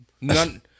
None